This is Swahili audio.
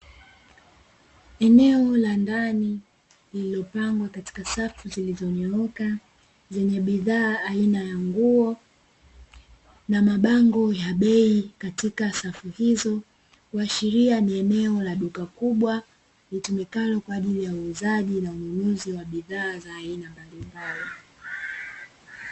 Eneo la ndani lililopangwa katika safu zilizonyoroka, zenye bidhaa aina ya nguo na mabango ya bei katika safu hizo, ikiashiria ni eneo la duka kubwa litumikalo kwa ajili ya uuzaji na ununuzi wa bidhaa.